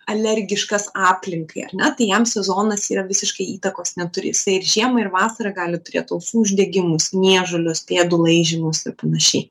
alergiškas aplinkai ar ne tai jam sezonas yra visiškai įtakos neturi jisai ir žiemą ir vasarą gali turėt ausų uždegimus niežulius pėdų laižymosi ir panašiai